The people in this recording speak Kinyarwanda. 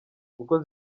kuko